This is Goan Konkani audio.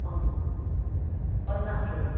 ओके पन्नास लोक